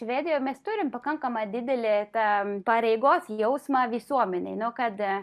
švedijoj mes turim pakankamą didelį tą pareigos jausmą visuomenei nu kad